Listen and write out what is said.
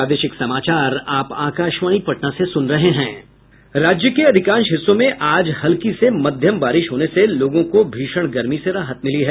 राज्य के अधिकांश हिस्सों में आज हल्की से मध्यम बारिश होने से लोगों को भीषण गर्मी से राहत मिली है